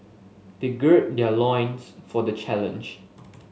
they gird their loins for the challenge